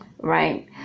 right